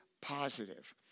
positive